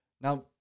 Now